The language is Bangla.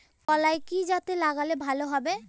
কলাই কি জাতে লাগালে ভালো হবে?